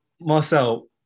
Marcel